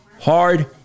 hard